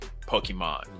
Pokemon